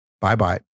Bye-bye